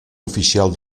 oficial